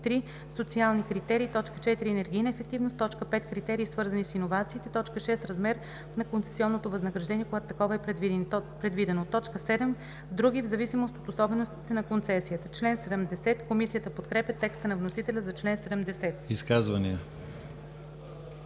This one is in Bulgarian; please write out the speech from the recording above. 3. социални критерии; 4. енергийна ефективност; 5. критерии, свързани с иновациите; 6. размер на концесионното възнаграждение, когато такова е предвидено; 7. други, в зависимост от особеностите на концесията.“ Комисията подкрепя текста на вносителя за чл. 70. ПРЕДСЕДАТЕЛ